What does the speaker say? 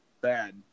bad